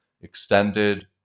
extended